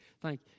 thank